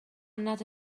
nad